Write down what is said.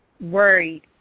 Worried